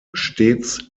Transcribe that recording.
stets